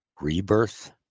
rebirth